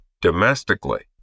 domestically